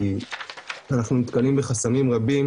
כי אנחנו נתקלים בחסמים רבים